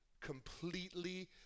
completely